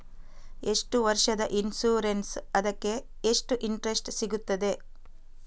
ಎಷ್ಟು ವರ್ಷದ ಇನ್ಸೂರೆನ್ಸ್ ಅದಕ್ಕೆ ಎಷ್ಟು ಇಂಟ್ರೆಸ್ಟ್ ಸಿಗುತ್ತದೆ?